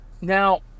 Now